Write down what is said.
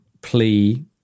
plea